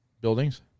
buildings